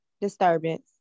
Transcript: disturbance